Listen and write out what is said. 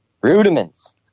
Rudiments